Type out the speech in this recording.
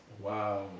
Wow